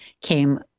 came